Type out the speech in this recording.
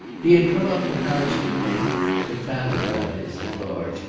he had come out to paris to paint to fathom, that is, at large,